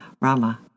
Rama